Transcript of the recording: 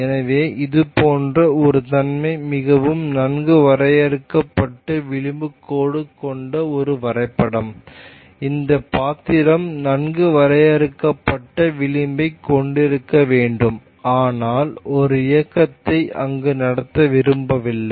எனவே இது போன்ற ஒரு தன்மை மிகவும் நன்கு வரையறுக்கப்பட்ட விளிம்பு கோடு கொண்ட ஒரு வரைபடம் இந்த பாத்திரம் நன்கு வரையறுக்கப்பட்ட விளிம்பைக் கொண்டிருக்க வேண்டும் ஆனால் ஒரு இயக்கத்தை அங்கு நடத்த விரும்பவில்லை